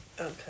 Okay